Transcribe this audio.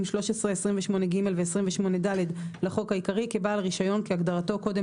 13 (28ג) ו-(28ד) לחוק העיקרי כבעל רישיון כהגדרתו קודם